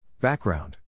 Background